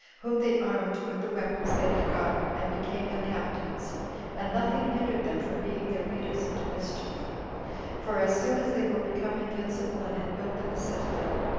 whom they armed with the weapons they had gotten, and became their captains and nothing hindered them from being their leaders into mischief for as soon as they were become invincible, and had built them a citadel,